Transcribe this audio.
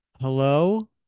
hello